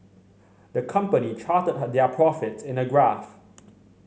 the company charted their profits in a graph